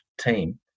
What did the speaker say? team